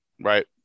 Right